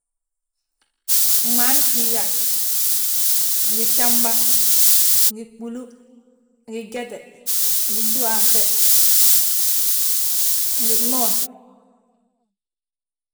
gmaani ghii gaaj, ngi gsamba, ngi gbúlu, ngi gyete, ngi gdúhaanŧe, ngi gmoon,